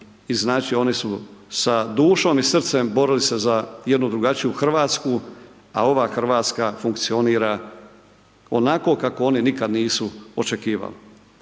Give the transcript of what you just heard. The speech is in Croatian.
i znači oni su sa dušom i srcem borili se za jednu drugačiju Hrvatsku, a ova Hrvatska funkcionira onako kako oni nikada nisu očekivali.